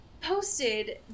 posted